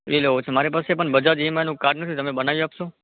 એ લેવો છે મારી પાસે પણ બજાજ ઇ એમ આઈનું કાર્ડ નથી તમે બનાવી આપશો